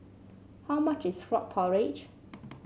how much is Frog Porridge